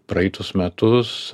praeitus metus